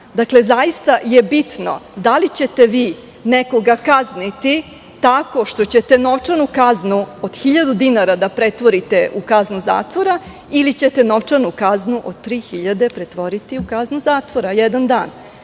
zaista je bitno da li ćete vi nekoga kazniti tako što ćete novčanu kaznu od 1.000 dinara da pretvorite u kaznu zatvora, ili ćete novčanu kaznu od 3.000 dinara pretvoriti u kaznu zatvora od jednog dana.